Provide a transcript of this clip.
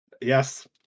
Yes